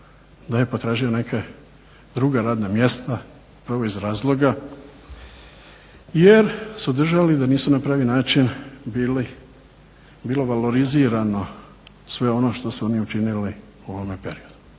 da je potražio neka druga radna mjesta upravo iz razloga, jer su držali da nisu na pravi način bilo valorizirano sve ono što su oni učinili u ovom periodu.